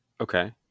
Okay